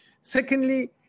Secondly